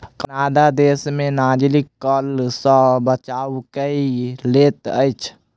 Canada देश में नागरिक कर सॅ बचाव कय लैत अछि